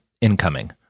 Incoming